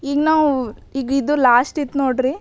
ಈಗ ನಾವು ಈಗಿದು ಲಾಶ್ಟಿತ್ತು ನೋಡ್ರಿ